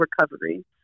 recovery